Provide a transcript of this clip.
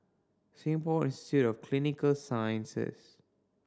Singapore Institute of Clinical Sciences